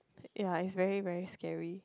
ya is very very scary